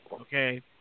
okay